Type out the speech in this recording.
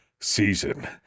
season